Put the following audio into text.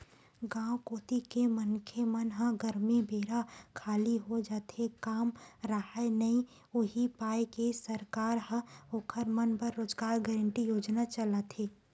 गाँव कोती के मनखे मन ह गरमी बेरा खाली हो जाथे काम राहय नइ उहीं पाय के सरकार ह ओखर मन बर रोजगार गांरटी योजना चलाथे